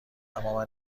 اما